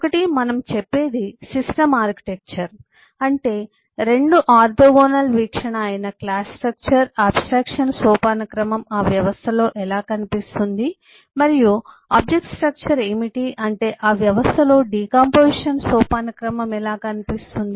ఒకటి మనం చెప్పేది సిస్టమ్ ఆర్కిటెక్చర్ అంటే రెండు ఆర్తోగోనల్ వీక్షణ అయిన క్లాస్ స్ట్రక్చర్ అబ్స్ట్రాక్షన్ సోపానక్రమం ఆ వ్యవస్థలో ఎలా కనిపిస్తుంది మరియు ఆబ్జెక్ట్ స్ట్రక్చర్ ఏమిటి అంటే ఆ వ్యవస్థలో డికాంపొజిషన్ సోపానక్రమం ఎలా కనిపిస్తుంది